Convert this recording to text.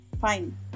Fine